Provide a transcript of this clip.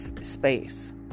space